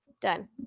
done